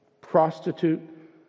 prostitute